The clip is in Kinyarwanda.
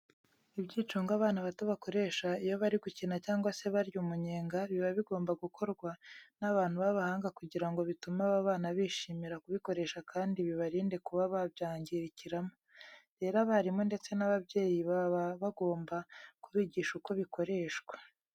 Ibyicungo abana bato bakoresha iyo bari gukina cyangwa se barya umunyenga, biba bigomba gukorwa n'abantu b'abahanga kugira ngo bitume aba bana bishimira kubikoresha kandi bibarinde kuba babyangirikiramo. Rero abarimu ndetse n'ababyeyi baba bagomba kubigisha uko bikoreshwa.